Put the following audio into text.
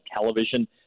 television